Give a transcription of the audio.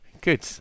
Good